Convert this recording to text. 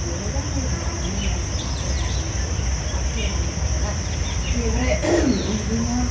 बेयो मोजाङै ओंखामा मोनो होनो होन्नानै आंखौ आंनि जोनोमगिरि आइआ फोरोंन्दोंमोन आरोना बेनिफ्राय बिदिनो